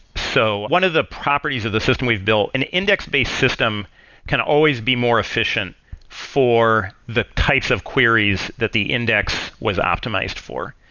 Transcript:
so one of the properties of the system we've built, an index-based system can always be more efficient for the types of queries that the index was optimized for.